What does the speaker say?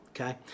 okay